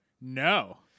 no